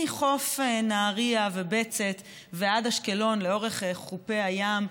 מחוף נהריה ובצת ועד אשקלון, לאורך חופי הים,